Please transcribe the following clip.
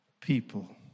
people